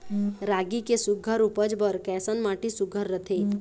रागी के सुघ्घर उपज बर कैसन माटी सुघ्घर रथे?